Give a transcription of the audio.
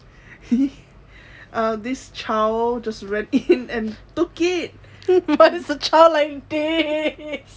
he uh this child just ran in and took it why is the child like this